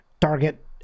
Target